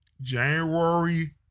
January